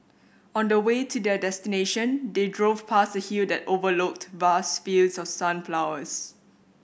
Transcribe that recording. on the way to their destination they drove past a hill that overlooked vast fields of sunflowers